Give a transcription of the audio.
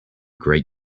great